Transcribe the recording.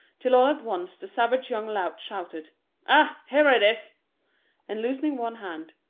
till all at once the savage young lout shouted ah, here it is' and loosening one hand,